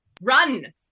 run